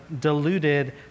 diluted